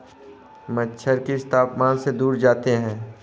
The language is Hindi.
मच्छर किस तापमान से दूर जाते हैं?